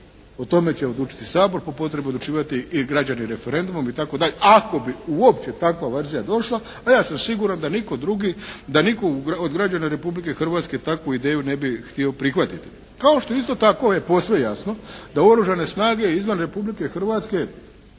O tome će odlučiti Sabor. Po potrebi odlučivati i građani referendumom itd. ako bi uopće takva verzija došla, a ja sam siguran da nitko drugi, da nitko od građana Republike Hrvatske takvu ideju ne bi htio prihvatiti. Kao što isto tako je posve jasno da Oružane snage izvan Republike Hrvatske